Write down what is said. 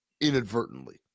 inadvertently